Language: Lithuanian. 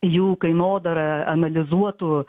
jų kainodarą analizuotų